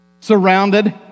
surrounded